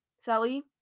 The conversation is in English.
Sally